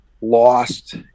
lost